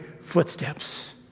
footsteps